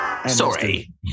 Sorry